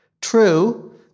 True